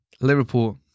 Liverpool